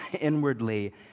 inwardly